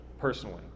personally